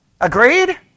Agreed